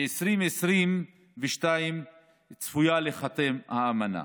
ב-2022 צפויה להיחתם האמנה.